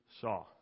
saw